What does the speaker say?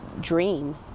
dream